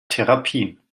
therapien